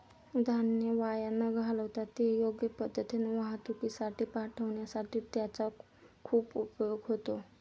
धान्य वाया न घालवता ते योग्य पद्धतीने वाहतुकीसाठी पाठविण्यासाठी त्याचा खूप उपयोग होतो